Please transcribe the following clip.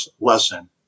lesson